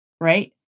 right